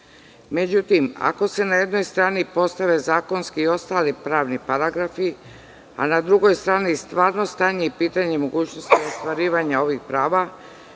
zaštiti.Međutim, ako se na jednoj strani postave zakonski i ostali pravni paragrafi, a na drugoj strani stvarno stanje i pitanje mogućnosti ostvarivanja svojih prava,